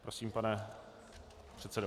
Prosím, pane předsedo.